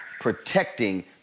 protecting